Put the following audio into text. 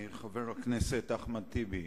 חבר הכנסת אחמד טיבי,